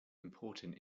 important